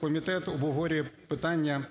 комітет обговорює питання